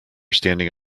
standing